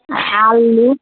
आलू